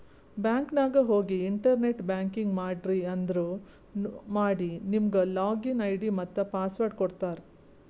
bank ನಾಗ್ ಹೋಗಿ internet banking ಮಾಡ್ರಿ ಅಂದುರ್ ಮಾಡಿ ನಿಮುಗ್ ಲಾಗಿನ್ ಐ.ಡಿ ಮತ್ತ ಪಾಸ್ವರ್ಡ್ ಕೊಡ್ತಾರ್